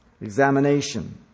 examination